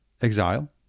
Exile